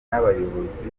n’abayobozi